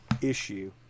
issue